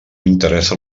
interessa